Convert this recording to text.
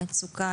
מצוקה,